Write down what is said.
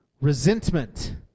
resentment